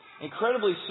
Incredibly